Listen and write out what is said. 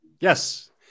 Yes